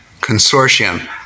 Consortium